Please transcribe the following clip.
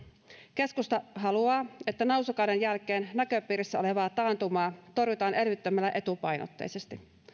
keskusta haluaa että nousukauden jälkeen näköpiirissä olevaa taantumaa torjutaan elvyttämällä etupainotteisesti